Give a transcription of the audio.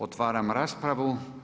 Otvaram raspravu.